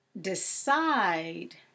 decide